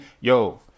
yo